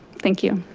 thank you.